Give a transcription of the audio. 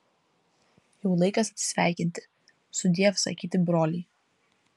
jau laikas atsisveikinti sudiev sakyti broliai